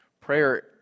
Prayer